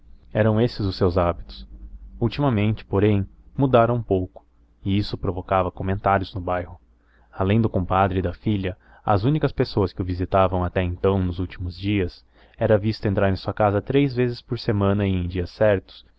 eram esses os seus hábitos ultimamente porém mudara um pouco e isso provocava comentários no bairro além do compadre e da filha as únicas pessoas que o visitavam até então nos últimos dias era visto entrar em sua casa três vezes por semana e em dias certos